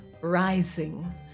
rising